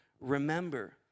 remember